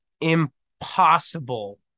impossible